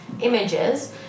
images